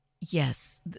Yes